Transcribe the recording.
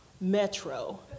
Metro